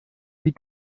die